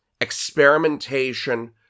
experimentation